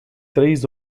três